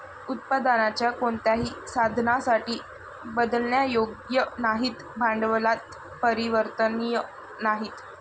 उत्पादनाच्या कोणत्याही साधनासाठी बदलण्यायोग्य नाहीत, भांडवलात परिवर्तनीय नाहीत